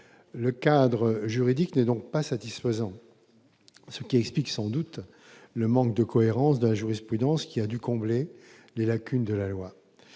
Le cadre juridique actuel n'est donc pas satisfaisant, ce qui explique sans doute le manque de cohérence de la jurisprudence, qui a dû combler les lacunes de la loi.